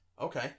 Okay